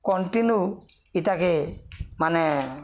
continue ଇଟାକେ ମାନେ